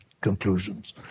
conclusions